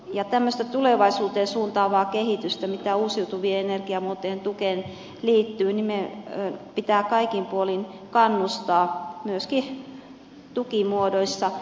tämmöistä tulevaisuuteen suuntaavaa kehitystä mitä uusiutuvien energiamuotojen tukeen liittyy pitää kaikin puolin kannustaa myöskin tukimuodoissa